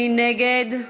מי נגד?